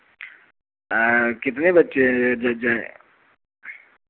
कितने बच्चे जाए